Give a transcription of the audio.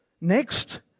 Next